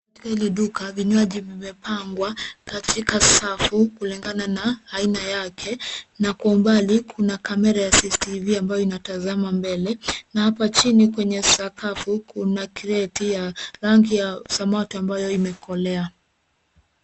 Katika hili duka vinywaji vimeangwa katika safu kulingana na aina yake na kwa umbali kuna kamera ya cctv ambayo inatazama mbele na hapa chini kwenye sakafu kuna kreti ya rangi ya samwati ambayo imekolea.